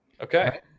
Okay